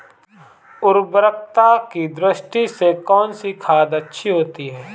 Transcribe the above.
उर्वरकता की दृष्टि से कौनसी खाद अच्छी होती है?